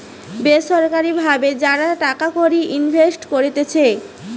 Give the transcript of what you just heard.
বেসরকারি ভাবে যারা টাকা কড়ি ইনভেস্ট করতিছে